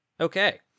Okay